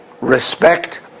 Respect